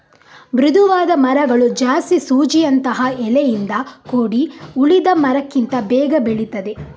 ಮೃದುವಾದ ಮರಗಳು ಜಾಸ್ತಿ ಸೂಜಿಯಂತಹ ಎಲೆಯಿಂದ ಕೂಡಿ ಉಳಿದ ಮರಕ್ಕಿಂತ ಬೇಗ ಬೆಳೀತದೆ